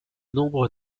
nombre